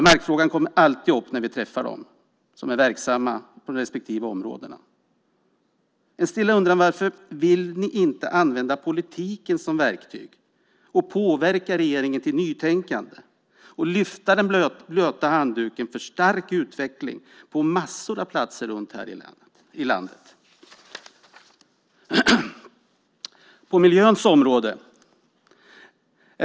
Markfrågan kommer alltid upp när vi träffar dem som är verksamma i de här områdena. En stilla undran: Varför vill ni inte använda politiken som verktyg och påverka regeringen till nytänkande och lyfta den blöta handduken för stark utveckling på massor av platser runt i landet?